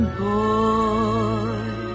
boy